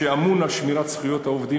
שאמון על שמירת זכויות העובדים,